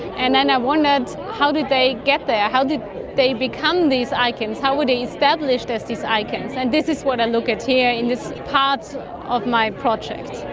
and then i wondered how did they get there, how did they become these icons, how were they established as these icons. and this is what i look at here in this part of my project.